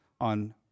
on